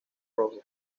rojo